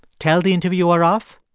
tell the interviewer off,